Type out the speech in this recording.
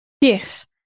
Yes